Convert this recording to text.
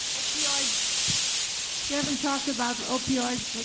opioids you haven't talked about opioids